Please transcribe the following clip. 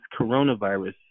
coronavirus